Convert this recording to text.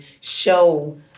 show